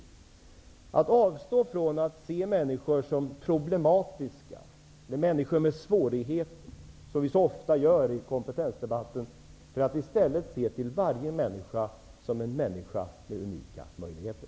Det gäller att avstå från att se människor som problematiska, människor med svårigheter, som vi så ofta gör i kompetensdebatten. Jag vill i stället se till varje människa som en människa med unika möjligheter.